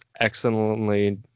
excellently